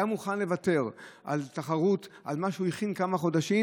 היה מוכן לוותר על תחרות שהכין כמה חודשים,